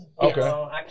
Okay